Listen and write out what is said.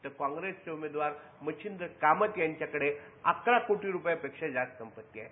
तर काँग्रेसचे उमेदवार मच्छींद्र कामत यांच्याकडे अकरा कोटी रूपयांपेक्षा जास्त संपत्ती आहे